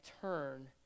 turn